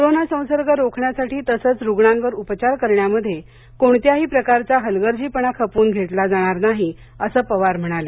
corona संसर्ग रोखण्यासाठी तसंच रुग्णावर उपचार करण्यामध्ये कोणत्याही प्रकारचा हलगर्जीपणा खपवून घेतला जाणार नाही असं पवार म्हणाले